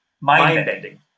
Mind-bending